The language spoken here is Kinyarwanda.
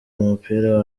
umupira